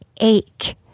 ache